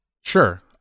Sure